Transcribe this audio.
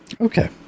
Okay